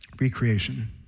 recreation